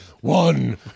one